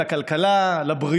זה חשוב להם לכלכלה, לבריאות.